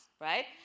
right